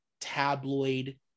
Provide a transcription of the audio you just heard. tabloid